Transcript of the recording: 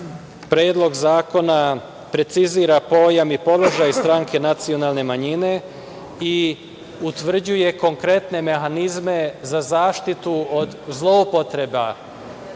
Predlog zakona, precizira položaj i pojam stranke nacionalne manjine i utvrđuje konkretne mehanizme za zaštitu od zloupotreba